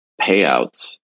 payouts